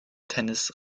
tennis